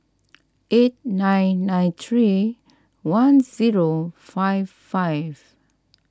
eight nine nine three one zero five five